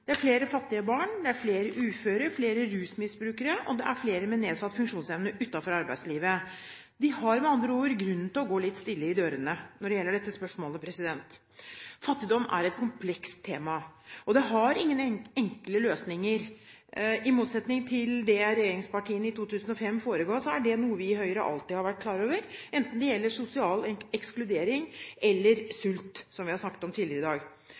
Det er flere fattige barn, det er flere uføre, det er flere rusmisbrukere, og det er flere med nedsatt funksjonsevne utenfor arbeidslivet. De har med andre ord grunn til å gå stille i dørene når det gjelder dette spørsmålet. Fattigdom er et komplekst tema, og det har ingen enkle løsninger. I motsetning til det regjeringspartiene i 2005 forega, er det noe vi i Høyre alltid har vært klar over, enten det gjelder sosial ekskludering eller sult, som vi har snakket om tidligere i dag.